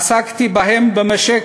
עסקתי בהם במשך